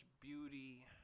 beauty